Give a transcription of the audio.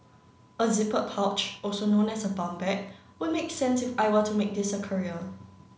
a zippered pouch also known as a bum bag would make sense if I were to make this a career